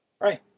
right